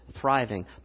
thriving